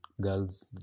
girls